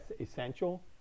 essential